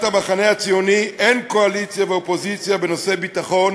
המחנה הציוני אין קואליציה ואופוזיציה בנושאי ביטחון